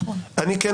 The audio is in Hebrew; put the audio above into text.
אני חושב